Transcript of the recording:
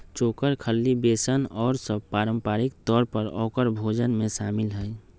चोकर, खल्ली, बेसन और सब पारम्परिक तौर पर औकर भोजन में शामिल हई